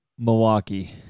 Milwaukee